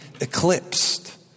eclipsed